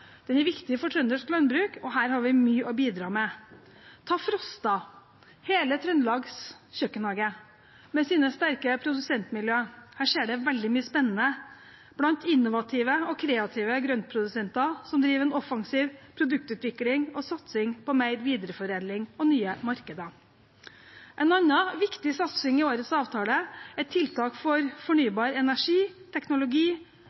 Den er viktig for trøndersk landbruk, og her har vi mye å bidra med. Ta Frosta, hele Trøndelags kjøkkenhage, med sine sterke produsentmiljøer. Her skjer det veldig mye spennende blant innovative og kreative grøntprodusenter som driver offensiv produktutvikling og satsing på mer videreforedling og nye markeder. En annen viktig satsing i årets avtale er tiltak for fornybar energi, teknologi,